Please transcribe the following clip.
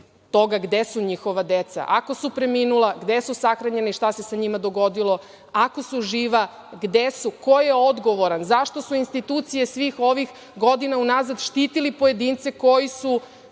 toga gde su njihova deca, ako su preminula, gde su sahranjena i šta se sa njima dogodilo, ako su živa, gde su? Ko je odgovoran? Zašto su institucije svih ovih godina unazad štitile pojedince koji su